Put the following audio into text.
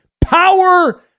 power